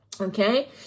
Okay